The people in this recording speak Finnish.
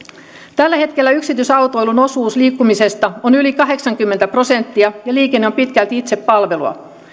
tällä hetkellä yksityisautoilun osuus liikkumisesta on yli kahdeksankymmentä prosenttia ja liikenne on pitkälti itsepalvelua